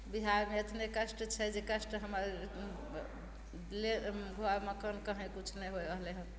बिहारमे एतने कष्ट छै जे कष्ट हमर घर मकान कहीं किछु नहि होइ रहलै हँ